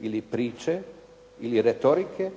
ili priče ili retorike